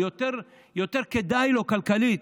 יותר כדאי כלכלית,